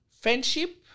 friendship